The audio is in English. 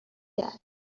that